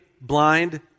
blind